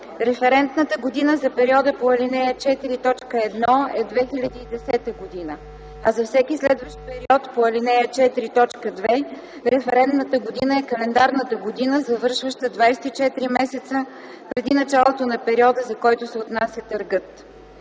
Референтната година за периода по ал. 4, т. 1 е 2010 г., а за всеки следващ период по ал. 4, т. 2 референтната година е календарната година, завършваща 24 месеца преди началото на периода, за който се отнася търгът.